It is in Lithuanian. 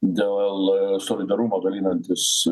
dėl solidarumo dalinantis